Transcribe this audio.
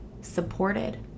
supported